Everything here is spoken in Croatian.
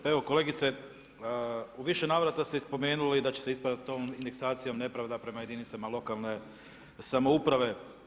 Pa evo kolegice, u više navrata ste i spomenuli da će se ispraviti ovom indeksacijom nepravda prema jedinicama lokalne samouprave.